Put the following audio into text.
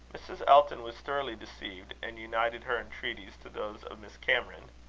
mrs. elton was thoroughly deceived, and united her entreaties to those of miss cameron.